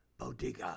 Bodiga